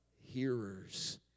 hearers